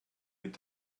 mit